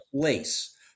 place